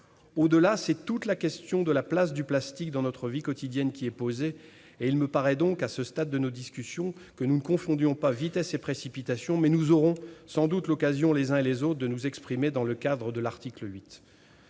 Au-delà, c'est toute la question de la place du plastique dans notre vie quotidienne qui est posée et il me paraît donc, à ce stade de nos discussions, que nous ne devons pas confondre vitesse et précipitation. Mais nous aurons sans doute l'occasion, les uns et les autres, de nous exprimer dans le cadre de l'article 8.